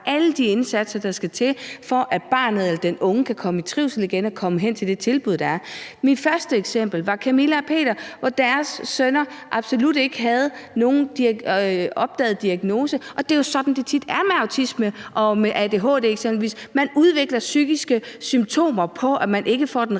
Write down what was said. alle de indsatser, der skal til, for at barnet eller den unge kan komme i trivsel igen og komme hen til det tilbud, der er? Mit første eksempel var Camilla og Peter, hvor deres sønner absolut ikke havde nogen opdaget diagnose, og det er jo sådan, det tit er med eksempelvis autisme og adhd: Man udvikler psykiske symptomer på, at man ikke får den